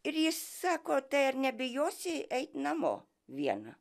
ir jis sako tai ar nebijosi eit namo viena